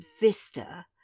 vista